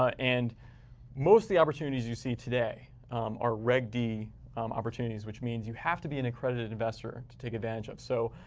ah and most of the opportunities you see today are reg d opportunities, which means you have to be an accredited investor to take advantage of so